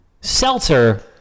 seltzer